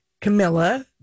Camilla